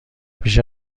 بیش